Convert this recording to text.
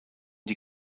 die